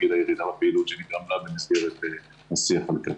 הירידה בפעילות שנגרמה לה במסגרת השיח הזה.